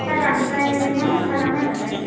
सार ओमफ्राय मा मा खालामनांगोन थाय